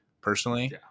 personally